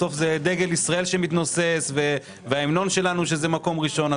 בסוף זה דגל ישראל שמתנוסס וההמנון שלנו שזה מקום ראשון.